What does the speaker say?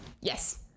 Yes